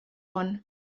one